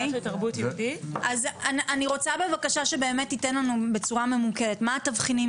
אז אני רוצה שתיתן לנו בצורה ממוקדת: מה התבחינים?